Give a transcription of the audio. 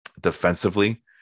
defensively